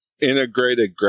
Integrated